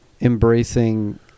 embracing